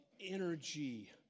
energy